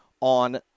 on